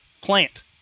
plant